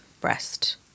breast